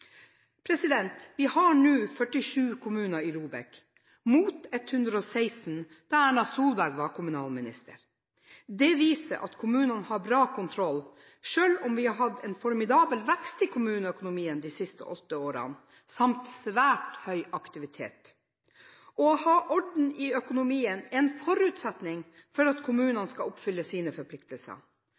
Vi har nå 47 kommuner i ROBEK, mot 116 da Erna Solberg var kommunalminister. Det viser at kommunene har bra kontroll, selv om vi har hatt en formidabel vekst i kommuneøkonomien de siste åtte årene, samt svært høy aktivitet. Å ha orden i økonomien er en forutsetning for at kommunene skal oppfylle sine forpliktelser.